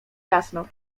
jasno